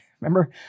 Remember